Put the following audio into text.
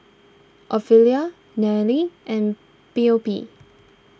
Ofelia Nannie and Phoebe